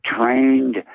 trained